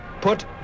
put